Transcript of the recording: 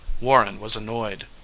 warren was annoyed.